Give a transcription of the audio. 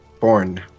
born